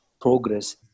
progress